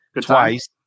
twice